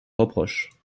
reproche